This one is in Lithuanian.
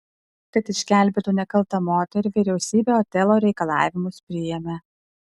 kad išgelbėtų nekaltą moterį vyriausybė otelo reikalavimus priėmė